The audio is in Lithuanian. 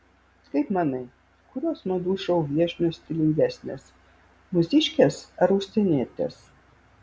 kaip manai kurios madų šou viešnios stilingesnės mūsiškės ar užsienietės